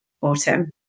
autumn